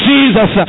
Jesus